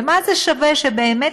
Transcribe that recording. ומה זה שווה שבאמת,